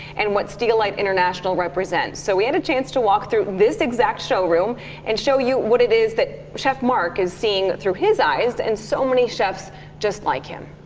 and what steel like international represents. so we had a chance to walk through this exact show room and show you what it is that chef mark is seeing through his eyes and so many chefs just like him.